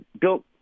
built